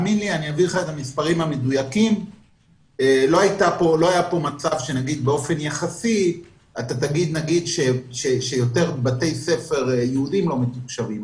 לא היה פה מצב שתגיד שיותר בתי ספר יהודיים לא מתוקשבים.